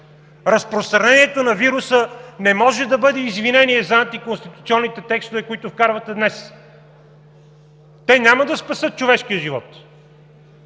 Разпространението на вируса не може да бъде извинение за антиконституционните текстове, които вкарвате днес. Те няма да спасят човешкия живот,